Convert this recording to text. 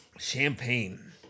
champagne